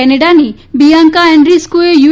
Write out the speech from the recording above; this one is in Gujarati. કેનેડાની બીયાંકા એન્ડ્રીસ્ક્રએ યુ